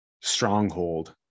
stronghold